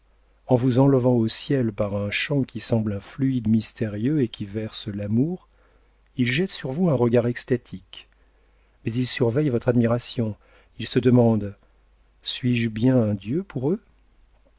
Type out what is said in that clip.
en vous enlevant au ciel par un chant qui semble un fluide mystérieux et qui verse l'amour il jette sur vous un regard extatique mais il surveille votre admiration il se demande suis-je bien un dieu pour eux